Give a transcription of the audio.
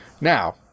now